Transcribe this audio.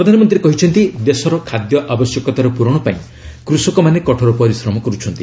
ପ୍ରଧାନମନ୍ତ୍ରୀ କହିଛନ୍ତି ଦେଶର ଖାଦ୍ୟ ଆବଶ୍ୟକତାର ପୂରଣ ପାଇଁ କୃଷକମାନେ କଠୋର ପରିଶ୍ରମ କରୁଛନ୍ତି